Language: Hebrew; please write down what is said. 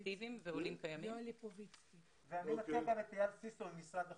אני מציע להעלות גם את אייל סיסו ממשרד החוץ.